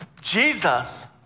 Jesus